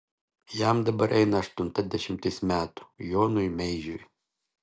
jam dabar eina aštunta dešimtis metų jonui meižiui